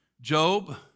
Job